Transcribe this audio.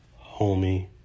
homie